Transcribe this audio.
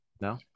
No